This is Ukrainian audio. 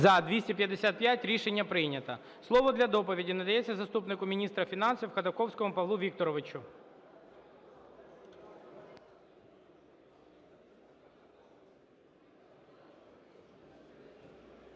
За-255 Рішення прийнято. Слово для доповіді надається заступнику міністра фінансів Ходаковському Павлу Вікторовичу.